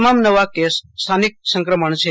તમામ નવા કેસ સ્થાનિક સંક્રમણ છે